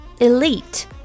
elite